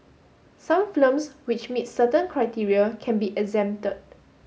some films which meet certain criteria can be exempted